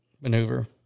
maneuver